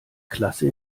klasse